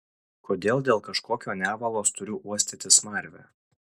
kodėl dėl kažkokio nevalos turiu uostyti smarvę